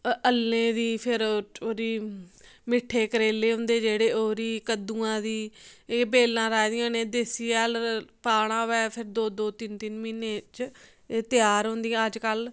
अल्लें दी फिर ओह्दी मिट्ठे करेले होंदे जेह्डे ओह्दी कद्दुएं दी एह् बेलां राही दी होन ते देसी हैल पाना होऐ फिर दो दो तिन्न तिन्न म्हीने च एह् त्यार होंदियां अज्ज कल